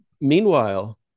Meanwhile